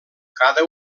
cada